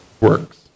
works